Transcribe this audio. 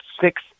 six